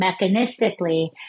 mechanistically